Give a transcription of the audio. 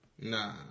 Nah